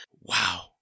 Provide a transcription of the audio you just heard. wow